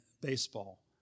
baseball